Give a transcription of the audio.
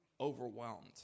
overwhelmed